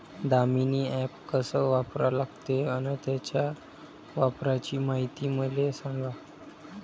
Damini app कस वापरा लागते? अन त्याच्या वापराची मायती मले सांगा